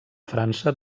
frança